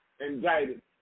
indicted